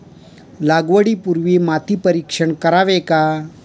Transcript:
लागवडी पूर्वी माती परीक्षण करावे का?